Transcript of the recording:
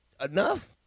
enough